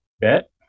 bet